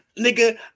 nigga